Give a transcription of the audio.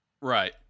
right